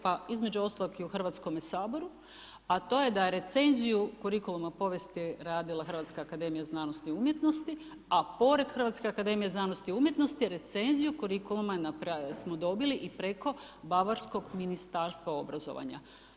Pa između ostaloga i u Hrvatskome saboru, a to je da recenziju kurikuluma u povijesti radila Hrvatska akademija znanosti i umjetnosti, a pored Hrvatske akademije za znanost i umjetnosti recenziju kurikuluma smo dobili i preko bavarskog Ministarstva obrazovanja.